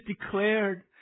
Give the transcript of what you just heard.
declared